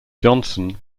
johnson